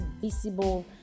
visible